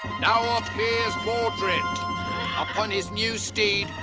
now appears mordred upon his new steed,